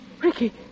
Ricky